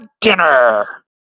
dinner